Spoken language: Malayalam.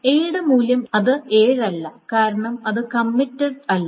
എയുടെ മൂല്യം 7 ആയിരിക്കരുത് അത് 7 അല്ല കാരണം അത് കമ്മിറ്റഡ് അല്ല